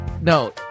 No